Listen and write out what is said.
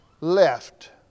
left